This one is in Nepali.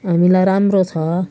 हामीलाई राम्रो छ